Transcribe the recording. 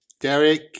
Derek